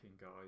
guys